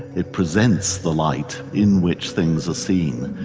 it presents the light in which things are seen.